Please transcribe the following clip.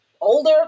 older